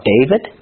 David